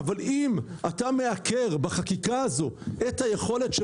אבל אם אתה מעקר בחקיקה הזאת את היכולת של